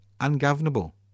ungovernable